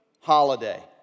holiday